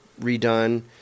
redone